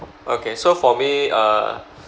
okay so for me uh